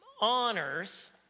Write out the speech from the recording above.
honors